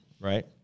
Right